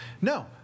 No